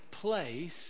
place